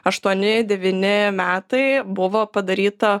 aštuoni devyni metai buvo padaryta